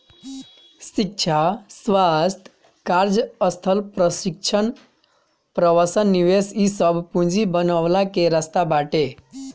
शिक्षा, स्वास्थ्य, कार्यस्थल प्रशिक्षण, प्रवसन निवेश इ सब पूंजी बनवला के रास्ता बाटे